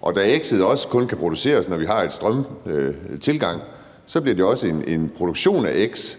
Og da x'et også kun kan produceres, når vi har en strømtilgang, bliver det også en produktion af x,